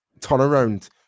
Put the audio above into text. turnaround